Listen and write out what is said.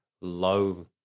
low